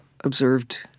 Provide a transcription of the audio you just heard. observed